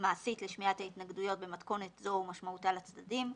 המעשית לשמיעת ההתנגדויות במתכנות זו ומשמעותה לצדדים,